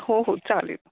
हो हो चालेल